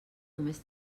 només